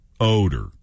odor